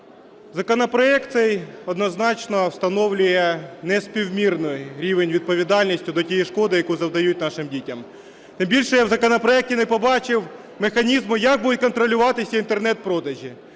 Законопроект цей однозначно встановлює неспівмірний рівень відповідальності до тієї шкоди, яку завдають нашим дітям. Тим більше, в законопроекті не побачив механізму, як будуть контролюватися Інтернет-продажі.